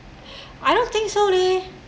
I don't think so leh